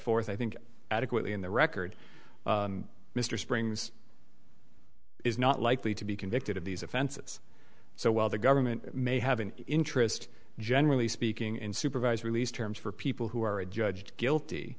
forth i think adequately in the record mr springs it's not likely to be convicted of these offenses so while the government may have an interest generally speaking in supervised release terms for people who are judged guilty